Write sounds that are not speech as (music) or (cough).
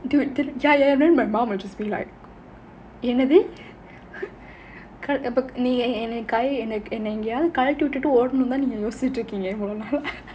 dude ya ya ya then my mom will just be like என்னது இப்போ நீ என்னய காலைல என்ன எங்கயாவது கழட்டி விட்டுட்டு ஓடனும்னு தான் நீங்க யோசிச்சிட்டு இருக்கீங்க:ennathu ippo nee ennaya kaalaila enna engayaavathu kazhatti vittuttu odanumnu thaan neenga yosichittu irukkeenga (laughs)